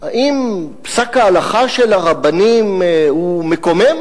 האם פסק ההלכה של הרבנים הוא מקומם?